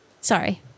Sorry